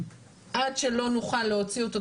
עד שלא נוכל להוציא אותו,